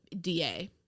DA